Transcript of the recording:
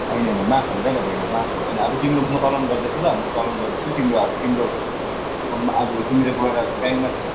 होइन होइन माफ हुँदैन बहिनी माफ हुँदैन अब तिम्रो म चलान गर्दैछु ल म चलान गर्दैछु तिम्रो अब तिम्रो फोनमा अब तिमीले गएर ब्याङ्कमातिर